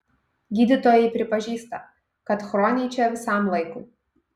gydytojai pripažįsta kad chroniai čia visam laikui